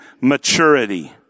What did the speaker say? maturity